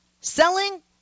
selling